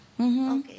Okay